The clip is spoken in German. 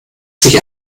sich